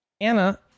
Anna